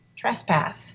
trespass